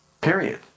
Period